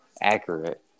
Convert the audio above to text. accurate